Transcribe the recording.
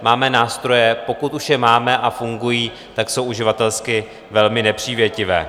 Máme nástroje, pokud už je máme a fungují, tak jsou uživatelsky velmi nepřívětivé.